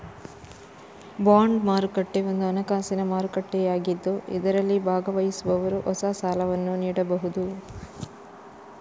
bond ಮಾರುಕಟ್ಟೆ ಒಂದು ಹಣಕಾಸಿನ ಮಾರುಕಟ್ಟೆಯಾಗಿದ್ದು ಇದರಲ್ಲಿ ಭಾಗವಹಿಸುವವರು ಹೊಸ ಸಾಲವನ್ನು ನೀಡಬಹುದು